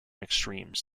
extremes